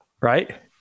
Right